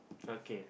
okay